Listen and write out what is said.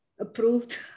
approved